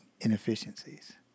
inefficiencies